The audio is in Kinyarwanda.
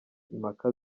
impaka